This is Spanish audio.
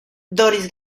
doris